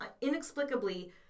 inexplicably